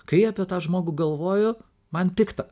kai apie tą žmogų galvoju man pikta